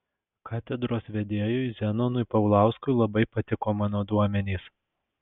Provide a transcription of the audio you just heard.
katedros vedėjui zenonui paulauskui labai patiko mano duomenys